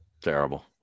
Terrible